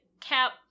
Cap